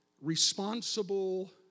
responsible